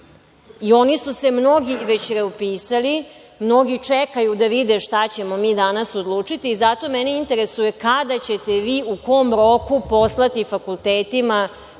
i oni su se mnogi već reupisali, mnogi čekaju da vide šta ćemo mi danas odlučiti i zato mene interesuje kada ćete vi u kom roku poslati fakultetima to